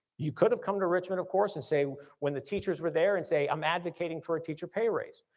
you could have come to richmond of course and say when the teachers were there and say, i'm advocating for a teacher pay raise.